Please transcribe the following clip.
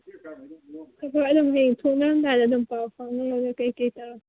ꯍꯌꯦꯡ ꯊꯣꯛꯅꯔꯝꯗꯥꯏꯗ ꯑꯗꯨꯝ ꯄꯥꯎ ꯐꯥꯎꯅ ꯂꯣꯏꯔꯦ ꯀꯩꯀꯩ ꯇꯧ